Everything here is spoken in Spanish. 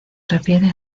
refiere